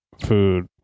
food